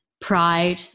Pride